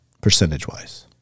Percentage-wise